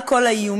על כל האיומים,